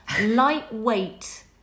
lightweight